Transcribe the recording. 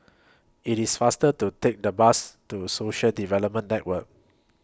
IT IS faster to Take The Bus to Social Development Network